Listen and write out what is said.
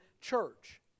church